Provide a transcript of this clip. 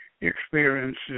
experiences